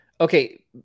Okay